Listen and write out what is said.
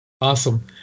Awesome